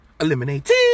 eliminated